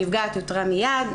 הנפגעת אותרה מיד,